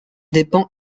dépend